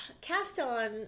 cast-on